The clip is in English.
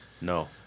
No